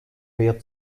wehr